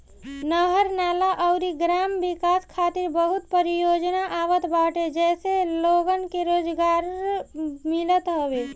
नहर, नाला अउरी ग्राम विकास खातिर बहुते परियोजना आवत बाटे जसे लोगन के रोजगार मिलत हवे